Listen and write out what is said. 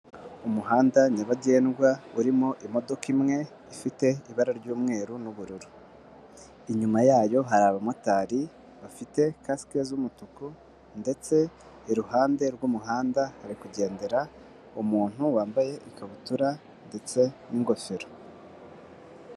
Umuhanda nyabagendwa urimo imodoka imwe ifite ibara ry'umweru n'ubururu. Inyuma yayo hari abamotari bafite kasike z'umutuku ndetse iruhande rw'umuhanda hari kugendera umuntu wambaye ikabutura ndetse n'ingofero.